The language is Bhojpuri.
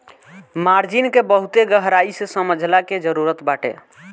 मार्जिन के बहुते गहराई से समझला के जरुरत बाटे